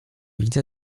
widzę